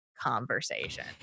conversation